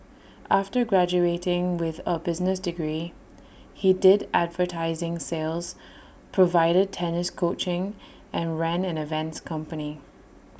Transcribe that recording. after graduating with A business degree he did advertising sales provided tennis coaching and ran an events company